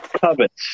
covets